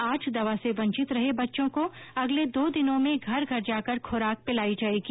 आज दवा से वंचित रहे बच्चों को अगले दो दिनों में घर घर जाकर खुराक पिलाई जायेगी